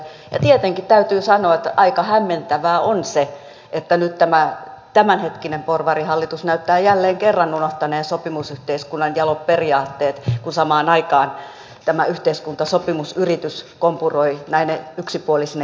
tietenkin täytyy sanoa että aika hämmentävää on se että nyt tämä tämänhetkinen porvarihallitus näyttää jälleen kerran unohtaneen sopimusyhteiskunnan jalot periaatteet kun samaan aikaan tämä yhteiskuntasopimusyritys kompuroi näine yksipuolisine kiristysruuveineen